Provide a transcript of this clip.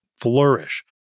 flourish